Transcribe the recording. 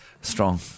Strong